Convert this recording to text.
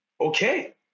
okay